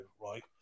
right